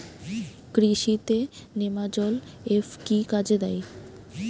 কৃষি তে নেমাজল এফ কি কাজে দেয়?